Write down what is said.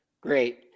Great